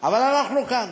אבל אנחנו כאן.